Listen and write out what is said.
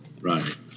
Right